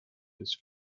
des